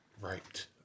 Right